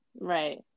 Right